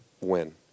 win